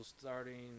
starting